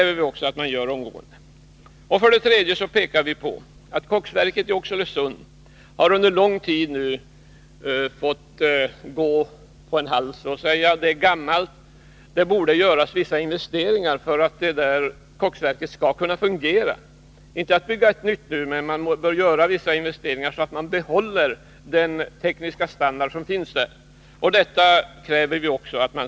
Vidare pekar vi på att koksverket i Oxelösund i lång tid nu fått gå så att säga på halvfart. Det är gammalt. Det borde göras vissa investeringar för att det skall fungera. Man skall inte bygga ett nytt, utan göra investeringar så att man behåller den tekniska standard som finns där. Detta kräver vi också.